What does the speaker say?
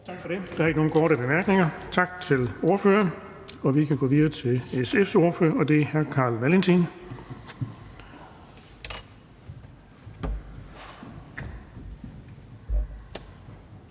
Tak for det. Der er ikke nogen korte bemærkninger. Vi siger tak til ordføreren og går videre til Venstres ordfører, og det er hr. Mads Fuglede.